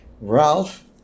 Ralph